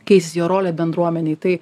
keisis jo rolė bendruomenėj tai